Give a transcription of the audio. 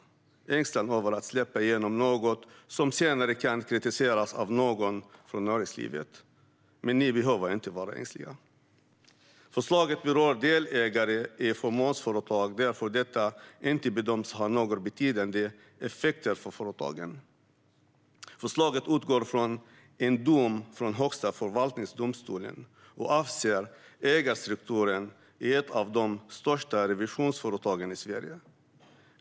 Det är ängslan över att släppa igenom något som senare kan komma att kritiseras av någon från näringslivet. Men ni behöver inte vara ängsliga. Förslaget berör delägare i fåmansföretag, varför det inte bedöms ha några betydande effekter för företagen. Förslaget utgår från en dom från Högsta förvaltningsdomstolen och avser ägarstrukturen i ett av de största revisionsföretagen i Sverige.